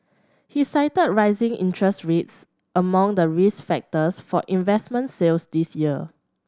he cited rising interest rates among the risk factors for investment sales this year